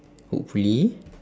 hopefully